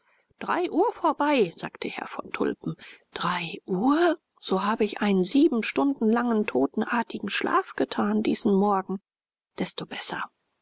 drei uhr vorbei sagte herr von tulpen drei uhr so habe ich einen sieben stunden langen totenartigen schlaf getan diesen morgen desto besser